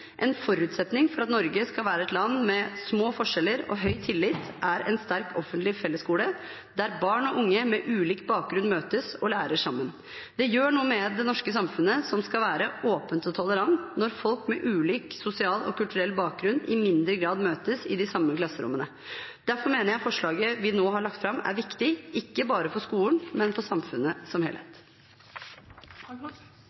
En forutsetning for at Norge skal være et land med små forskjeller og høy tillit, er en sterk offentlig fellesskole, der barn og unge med ulik bakgrunn møtes og lærer sammen. Det gjør noe med det norske samfunnet, som skal være åpent og tolerant, når folk med ulik sosial og kulturell bakgrunn i mindre grad møtes i de samme klasserommene. Derfor mener jeg forslaget vi nå har lagt fram, er viktig – ikke bare for skolen, men også for samfunnet i sin helhet.